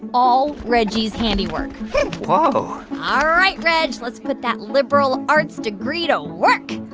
all reggie's handiwork whoa ah all right, reg, let's put that liberal arts degree to work.